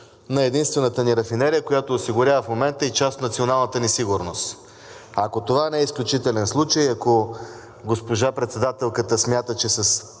на единствената ни рафинерия, която осигурява в момента и част от националната ни сигурност. И ако това не е изключителен случай! Ако госпожа председателката смята, че с